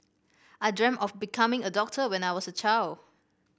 I dreamt of becoming a doctor when I was a child